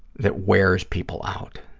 that wears people out.